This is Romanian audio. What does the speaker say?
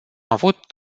avut